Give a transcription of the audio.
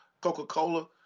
Coca-Cola